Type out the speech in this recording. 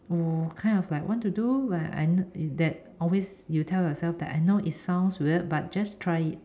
wh~ kind of like want to do but I know that always you tell yourself that I know it sounds weird but just try it